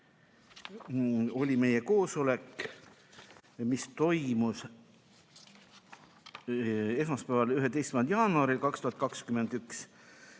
oli meie koosolekul esmaspäeval, 11. jaanuaril 2021.